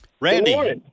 Randy